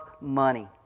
money